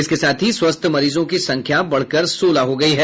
इसके साथ ही स्वस्थ मरीजों की संख्या बढ़कर सोलह हो गयी है